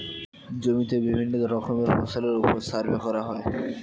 জমিতে বিভিন্ন রকমের ফসলের উপর সার্ভে করা হয়